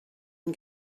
une